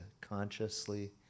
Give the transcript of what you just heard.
consciously